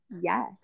Yes